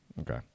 Okay